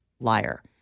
liar